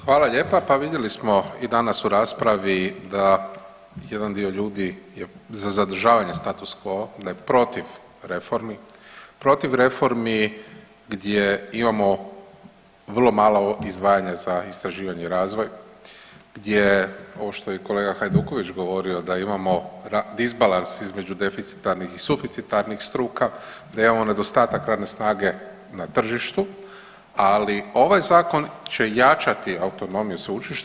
Hvala lijepa, pa vidjeli smo i danas u raspravi da jedan dio ljudi je za zadržavanje status quo da je protiv reformi, protiv reformi gdje imamo vrlo malo izdvajanja za istraživanja i razvoj, gdje ovo što je i kolega Hajduković govorio da imamo disbalans između deficitarnih i suficitarnih struka, da imamo nedostatak radne snage na tržištu, ali ovaj zakon će jačati autonomiju sveučilišta.